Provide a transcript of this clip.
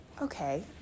Okay